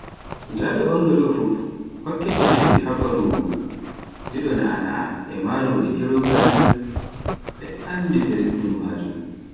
Njaɗo Bangalo fuf, hokkete habaruu, li'o na'ana e marori gerogal, ɓe anndi belɗum majum.